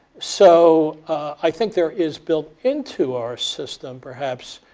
so i think there is, built into our system, perhaps